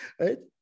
right